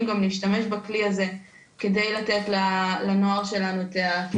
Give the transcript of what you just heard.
גם להשתמש בכלי הזה כדי לתת לנוער שלנו את הכלים.